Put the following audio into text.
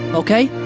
okay?